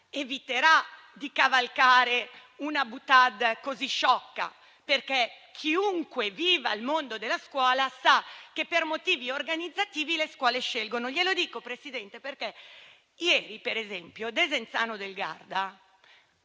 eviterà di cavalcare una *boutade* così sciocca, perché chiunque viva il mondo della scuola sa che per motivi organizzativi le scuole scelgono. Le dico questo, signor Presidente, perché ieri, per esempio, il Comune di Desenzano del Garda